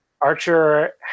Archer